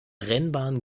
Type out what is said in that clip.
rennbahn